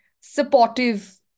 supportive